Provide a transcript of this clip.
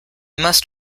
must